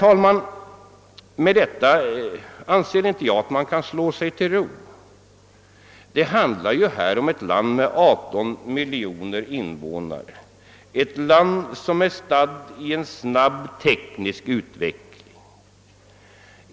Jag anser emellertid inte att man kan slå sig till ro med det. Här handlar det ju om ett land med 18 miljoner invånare, ett land som befinner sig i snabb teknisk utveckling.